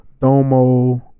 Domo